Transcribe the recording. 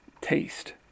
taste